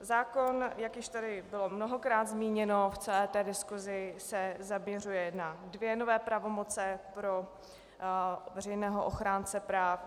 Zákon, jak již tady bylo mnohokrát zmíněno v celé té diskusi, se zaměřuje na dvě nové pravomoci pro veřejného ochránce práv.